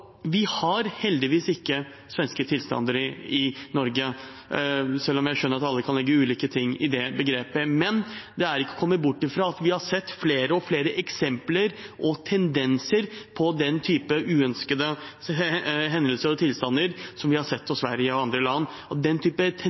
Vi har heldigvis ikke svenske tilstander i Norge – selv om jeg skjønner at alle kan legge ulike ting i det begrepet – men det er ikke til å komme bort fra at vi har sett flere og flere eksempler på og tendenser til den type uønskede hendelser og tilstander som vi har sett i Sverige og andre land. Den type